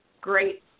great